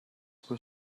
were